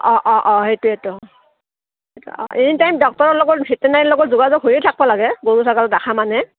অঁ অঁ অঁ সেইটোৱেতো এইটো এইটো অ এনিটাইম ডক্তৰৰ লগত ভেটেনেৰীৰ লগত যোগাযোগ হৈয়ে থাকব লাগে গৰু ছাগলী দেখা মানে